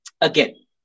Again